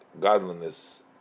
Godliness